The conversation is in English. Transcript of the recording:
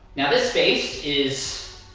now this space is,